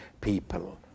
people